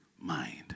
mind